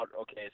okay